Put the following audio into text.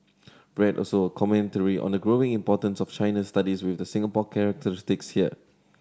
read also a commentary on the growing importance of China studies with Singapore characteristics here